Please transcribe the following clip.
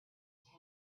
town